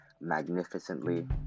magnificently